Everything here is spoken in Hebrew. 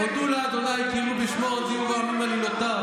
"הודו לה' קראו בשמו הודיעו בעמים עלילותיו.